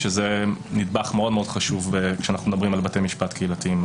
שזה נדבך מאוד מאוד חשוב כשאנחנו מדברים על בתי משפט קהילתיים.